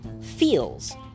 feels